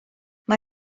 mae